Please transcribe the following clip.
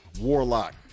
Warlock